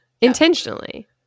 intentionally